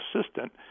assistant